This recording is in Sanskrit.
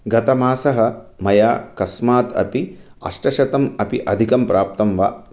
गतमासः मया कस्मात् अपि अष्टशतम् अपि अधिकं प्राप्तं वा